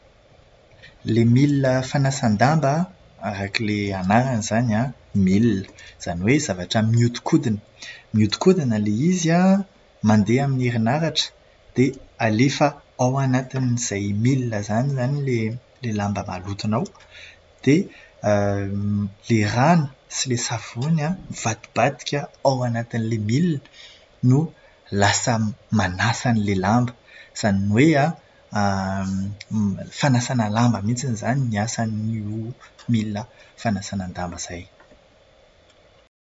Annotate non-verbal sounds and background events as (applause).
Ilay milina fanasàn-damba an, arak'ilay anarany izany an, milina. Izany hoe zavatra miodinkodina. Miodinkodina ilay izy an, mandeha amin'ny herinaratra. Dia alefa ao anatin'izay milina izany izany ilay lamba malotonao. Dia ilay rano sy ilay savony an, mivadibadika ao anatin'ilay milina, no lasa manasa an'ilay lamba. Izany hoe an, (hesitation) fanasàna lamba mihitsiny izany no asan'io milina fanasan-damba izay.